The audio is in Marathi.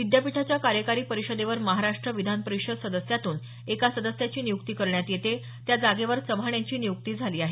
विद्यापीठाच्या कार्यकारी परिषदेवर महाराष्ट्र विधान परिषद सदस्यातून एका सदस्याची नियुक्ती करण्यात येते त्या जागेवर चव्हाण यांची नियुक्ती झाली आहे